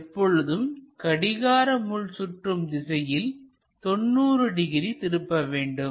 எப்பொழுதும் கடிகாரமுள் சுற்றும் திசையில் 90 டிகிரி திருப்ப வேண்டும்